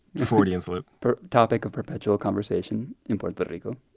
freudian slip topic of perpetual conversation in puerto but rico,